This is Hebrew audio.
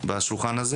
בשולחן הזה